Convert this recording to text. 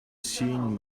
seen